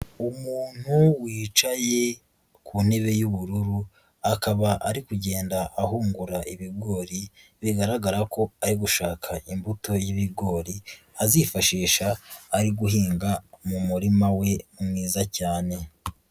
Umuntu wicaye ku ntebe y'ubururu akaba ari kugenda ahungura ibigori bigaragara ko ari gushaka imbuto y'ibigori azifashisha ari guhinga mu murima we mwiza cyane.